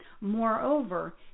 moreover